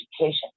education